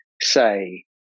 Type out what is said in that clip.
say